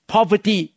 Poverty